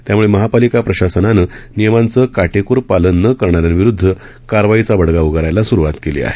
त्यामुळे महापालिका प्रशासनानं नियमांचं काटेकोर पालन न करणाऱ्यांविरुद्ध कारवाईचा बडगा उगारायला सुरुवात केली आहे